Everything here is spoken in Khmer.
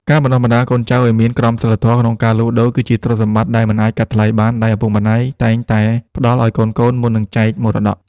ការបណ្ដុះបណ្ដាលកូនចៅឱ្យមានក្រមសីលធម៌ក្នុងការលក់ដូរ គឺជាទ្រព្យសម្បត្តិដែលមិនអាចកាត់ថ្លៃបាន ដែលឪពុកម្ដាយខ្មែរតែងតែផ្ដល់ឱ្យកូនៗមុននឹងចែកមរតក។